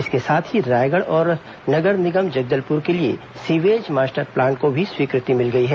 इसके साथ ही रायगढ़ और नगर निगम जगदलपुर के लिए सियेज मास्टर प्लान को भी स्वीकृति मिल गई है